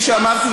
כפי שאמרתי,